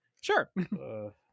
sure